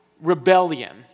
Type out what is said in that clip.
rebellion